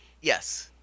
Yes